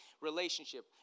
relationship